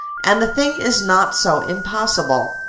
and the thing is not so impossible.